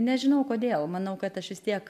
nežinau kodėl manau kad aš vis tiek